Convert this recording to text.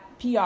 pr